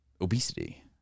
obesity